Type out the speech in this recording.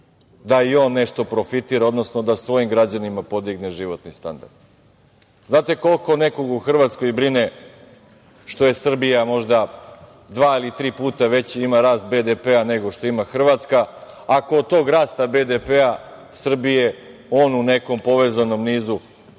da i on nešto profitira, odnosno da svojim građanima podigne životni standard. Znate koliko nekoga u Hrvatskoj brine što Srbija možda dva ili tri puta ima veći rast BDP nego što ima Hrvatska ako od tog rasta BDP Srbije on u nekom povezanom nizu